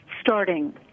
starting